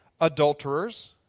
adulterers